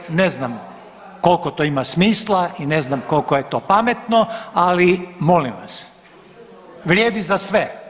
Ovaj ne znam koliko to ima smisla i ne znam koliko je to pametno ali molim vas, vrijedi za sve.